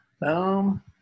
boom